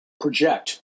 project